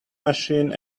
machine